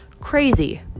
Crazy